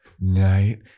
night